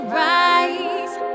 rise